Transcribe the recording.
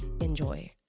Enjoy